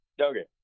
Okay